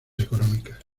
económicas